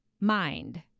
mind